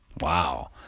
Wow